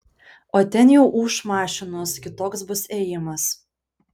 o ten jau ūš mašinos kitoks bus ėjimas